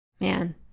Man